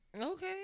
Okay